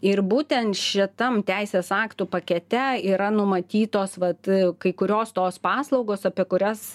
ir būtent šitam teisės aktų pakete yra numatytos vat kai kurios tos paslaugos apie kurias